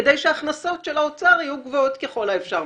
כדי שההכנסות של האוצר מעודפי הביטוח הלאומי יהיו גבוהות ככל האפשר.